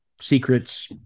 secrets